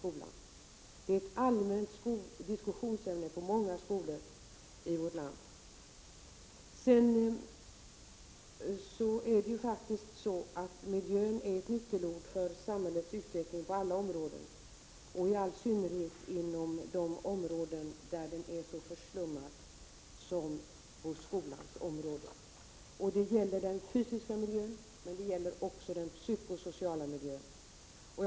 Detta är ett allmänt diskussionsämne på många skolor i vårt land. Miljön är ett nyckelord för samhällets utveckling på alla områden. Det gäller i synnerhet ett område som är så förslummat som skolans område. Det gäller den fysiska miljön, men det gäller också den psykosociala miljön.